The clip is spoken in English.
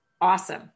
Awesome